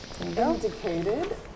indicated